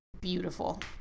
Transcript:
beautiful